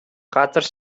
газар